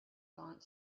gaunt